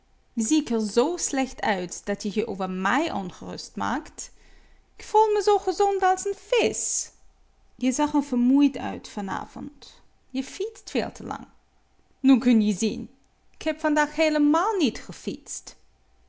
ik r zoo slecht uit dat je je over mij ongerust maakt k voel me zoo gezond als n visch je zag r vermoeid uit vanavond je fietst veel te lang nu kun je zien k heb vandaag heelemaal niet gefietst